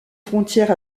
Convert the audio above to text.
frontière